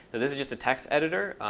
this is just a text editor.